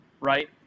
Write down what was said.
Right